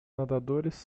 nadadores